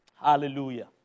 Hallelujah